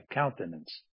countenance